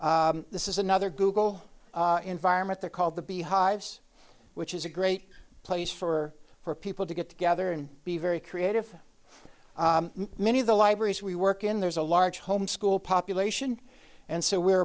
rooms this is another google environment they're called the beehives which is a great place for for people to get together and be very creative many of the libraries we work in there's a large homeschool population and so we